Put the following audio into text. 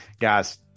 Guys